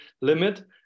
limit